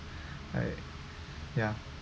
right ya